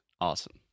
Awesome